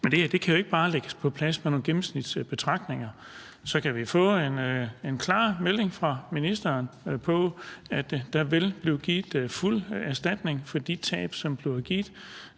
Men det her kan jo ikke bare lægges på plads gennem nogle gennemsnitsbetragtninger. Så kan vi få en klar melding fra ministeren om, at der vil blive givet fuld erstatning for de tab – store